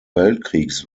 weltkriegs